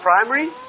primary